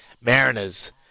Mariners